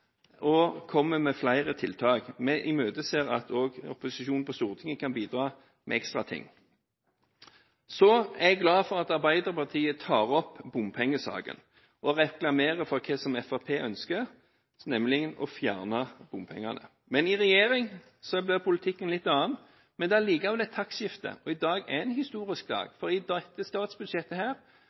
og vi kommer med flere tiltak. Vi imøteser også at opposisjonen på Stortinget kan bidra med ekstra ting. Så er jeg glad for at Arbeiderpartiet tar opp bompengesaken og reklamerer for det som Fremskrittspartiet ønsker, nemlig å fjerne bompengene. I regjering blir politikken en litt annen, men det er likevel et taktskifte. I dag er en historisk dag, for i dette statsbudsjettet